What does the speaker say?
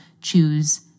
choose